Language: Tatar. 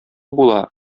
була